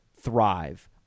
thrive